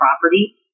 property